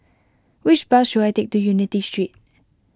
which bus should I take to Unity Street